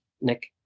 Nick